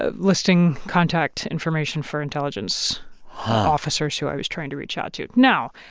ah listing contact information for intelligence officers who i was trying to reach out to. now,